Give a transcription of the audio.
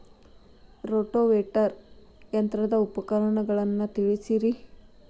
rotavator ಯಂತ್ರದ ಉಪಯೋಗಗಳನ್ನ ತಿಳಿಸಿರಿ